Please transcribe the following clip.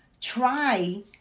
try